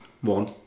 one